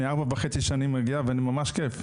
אני מגיע ארבע שנים וחצי, וממש כיף.